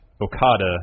Okada